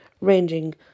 ranging